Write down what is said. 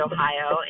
Ohio